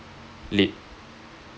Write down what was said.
late